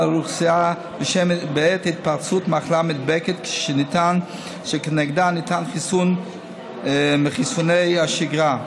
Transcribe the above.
האוכלוסייה בעת התפרצות מחלה מידבקת שכנגדה ניתן חיסון מחיסוני השגרה.